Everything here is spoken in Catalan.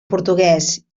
portuguès